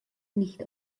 nicht